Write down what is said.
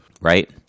right